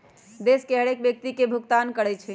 देश के हरेक व्यक्ति के भुगतान करइ छइ